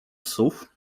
psów